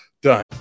Done